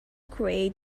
create